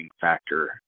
factor